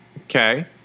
Okay